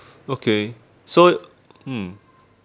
okay so mm